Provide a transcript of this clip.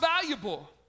valuable